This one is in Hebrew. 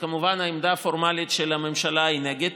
כמובן העמדה הפורמלית של הממשלה היא נגד.